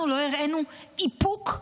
אנחנו לא הראינו איפוק?